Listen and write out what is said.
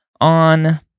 on